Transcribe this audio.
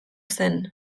zen